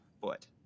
foot